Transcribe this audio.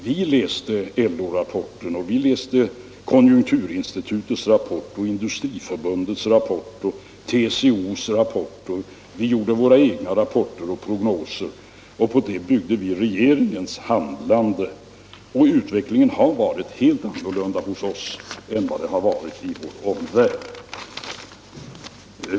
Vi läste LO-rapporten, vi läste konjunkturinstitutets rapport, Industriförbundets rapport, TCO:s rapport, Nr 12 och vi gjorde våra egna rapporter och prognoser och på det byggde vi Onsdagen den regeringens handlande. Och utvecklingen har varit helt annorlunda hos 29 oktober 1975 oss än i vår omvärld.